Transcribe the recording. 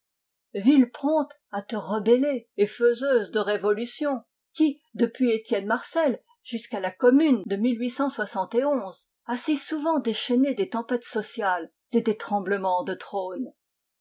ville prompte à te rebeller et faiseuse de révolutions qui depuis etienne marcel jusqu'à la commune de a si souvent déchaîné des tempêtes sociales et des tremblements de trônes